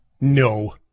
No